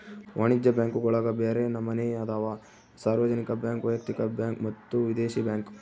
ವಾಣಿಜ್ಯ ಬ್ಯಾಂಕುಗುಳಗ ಬ್ಯರೆ ನಮನೆ ಅದವ, ಸಾರ್ವಜನಿಕ ಬ್ಯಾಂಕ್, ವೈಯಕ್ತಿಕ ಬ್ಯಾಂಕ್ ಮತ್ತೆ ವಿದೇಶಿ ಬ್ಯಾಂಕ್